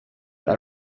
will